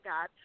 God